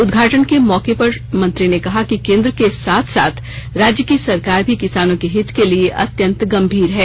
उदघाटन के मौके पर मंत्री ने कहा कि केंद्र के साथ साथ राज्य की सरकार भी किसानों के हित के लिए अत्यंत गंभीर है